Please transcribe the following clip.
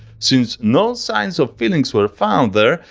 since no signs of fillings were found there,